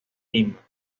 lima